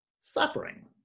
Suffering